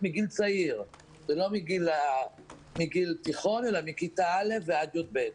מגיל צעיר ולא מגיל תיכון אלא מכיתה א' ועד י"ב.